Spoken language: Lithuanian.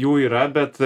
jų yra bet